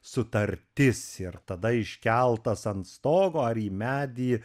sutartis ir tada iškeltas ant stogo ar į medį